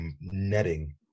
netting